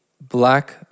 black